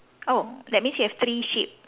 oh that means you have three sheep